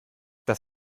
das